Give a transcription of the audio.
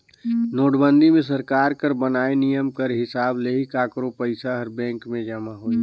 नोटबंदी मे सरकार कर बनाय नियम कर हिसाब ले ही काकरो पइसा हर बेंक में जमा होही